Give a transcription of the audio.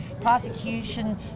prosecution